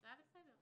הצעה לסדר.